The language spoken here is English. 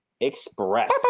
Express